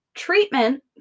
Treatment